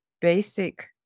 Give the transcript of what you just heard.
basic